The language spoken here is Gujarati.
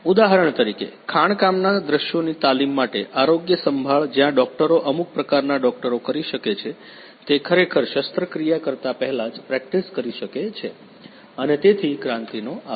ઉદાહરણ તરીકે ખાણકામના દૃશ્યોની તાલીમ માટે આરોગ્યસંભાળ જ્યાં ડોકટરો અમુક પ્રકારના ડોકટરો કરી શકે છે તે ખરેખર શસ્ત્રક્રિયા કરતા પહેલા જ પ્રેક્ટિસ કરી શકે છે અને તેથી ક્રાંતિનો આભાર